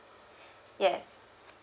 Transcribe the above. yes